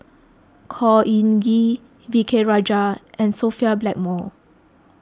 Khor Ean Ghee V K Rajah and Sophia Blackmore